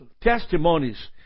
testimonies